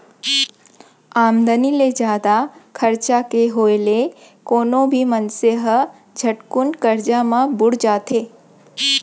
आमदनी ले जादा खरचा के होय ले कोनो भी मनसे ह झटकुन करजा म बुड़ जाथे